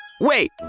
Wait